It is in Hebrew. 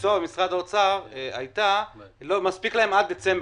המקצוע במשרד האוצר אמרה שמספיק להם עד דצמבר